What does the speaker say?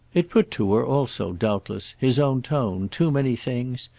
it put to her also, doubtless, his own tone, too many things,